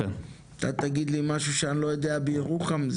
אתה תגיד לי משהו שאני לא יודע בירוחם?